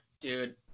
Dude